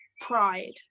pride